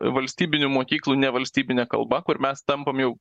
valstybinių mokyklų nevalstybine kalba kur mes tampam jau